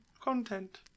content